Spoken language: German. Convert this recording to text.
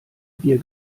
bier